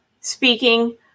speaking